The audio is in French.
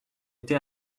été